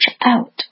out